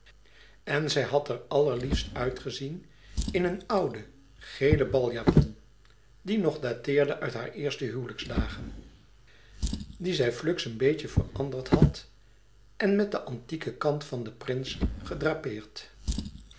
en zij had er allerliefst uitgezien in een ouden gelen baljapon die nog dateerde uit haar eerste huwelijksdagen dien zij fluks een beetje veranderd had en met de antieke kant van den prins gedrapeerd